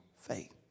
faith